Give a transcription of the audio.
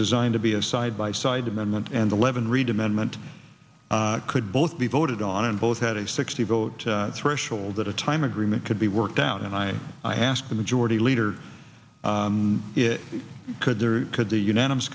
designed to be of side by side amendment and eleven read amendment could both be voted on in both had a sixty vote threshold that a time agreement could be worked out and i asked the majority leader is could there could be unanimous